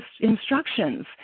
instructions